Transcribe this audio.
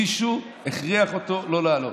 מישהו הכריח אותו לא לעלות.